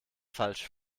falsch